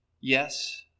Yes